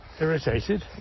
irritated